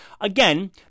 Again